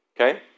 okay